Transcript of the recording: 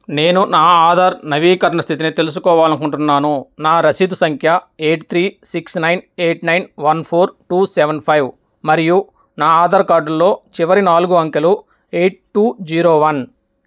నేను నా ఆధార్ నవీకరణ స్థితిని తెలుసుకోవాలనుకుంటున్నాను నా రసీదు సంఖ్య eight three six nine eight nine one four two seven five మరియు నా ఆధార్ కార్డులో చివరి నాలుగు అంకెలు ఎయిట్ టూ జీరో వన్